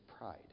pride